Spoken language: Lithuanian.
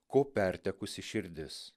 ko pertekusi širdis